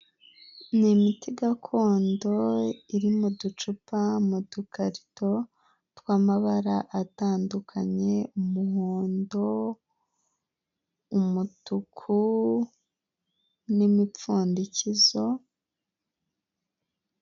Ni imiti gakondo iri mu ducupa mu dukarito tw'amabara atandukanye, umuhondo, umutuku n'imipfundikizo.